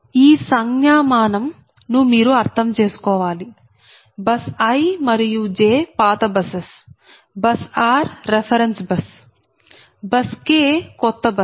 ఈ సంజ్ఞామానం ను మీరు అర్థం చేసుకోవాలి బస్ i మరియు j పాత buses bus r reference bus bus k కొత్త బస్